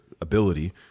ability